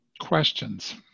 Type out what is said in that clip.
questions